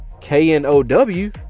K-N-O-W